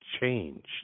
changed